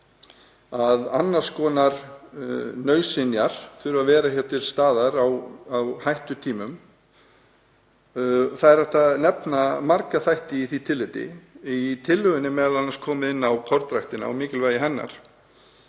að annars konar nauðsynjar þurfi að vera til staðar á hættutímum. Það er hægt að nefna marga þætti í því tilliti. Í tillögunni er m.a. komið inn á kornræktina og mikilvægi hennar.